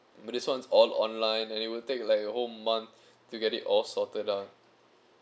but this one's all online and it will take like a whole month to get it all sorted out